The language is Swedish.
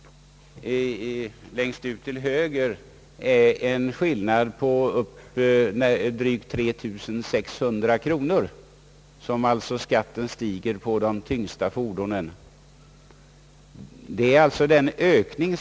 Längst ut till höger, alltså för de tyngsta fordonen, visar diagrammet att skatten stiger med drygt 3 600 kronor.